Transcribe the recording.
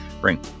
bring